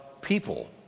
people